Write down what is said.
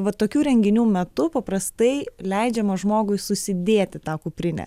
va tokių renginių metu paprastai leidžiama žmogui susidėti tą kuprinę